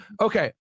Okay